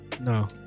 No